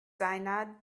deiner